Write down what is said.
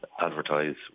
advertise